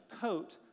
coat